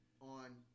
on